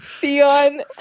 Theon